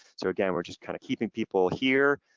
so again, we're just kind of keeping people here.